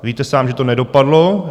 Víte sám, že to nedopadlo.